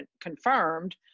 confirmed